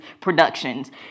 productions